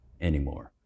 anymore